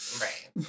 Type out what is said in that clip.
Right